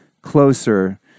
closer